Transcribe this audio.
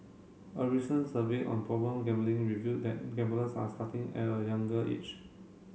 a recent survey on problem gambling revealed that gamblers are starting at a younger age